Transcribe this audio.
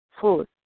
food